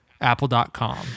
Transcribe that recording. Apple.com